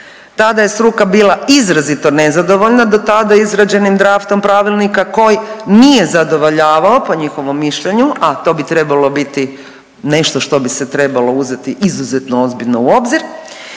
Tada je struka bila izrazito nezadovoljna do tada izrađenim draftom pravilnika koji nije zadovoljavao po njihovom mišljenju, a to bi trebalo biti nešto što bi se trebalo uzeti izuzetno ozbiljno u obzir.